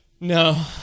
No